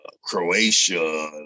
Croatia